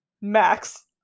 Max